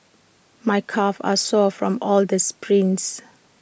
my calves are sore from all the sprints